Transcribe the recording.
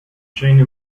jane